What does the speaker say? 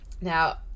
Now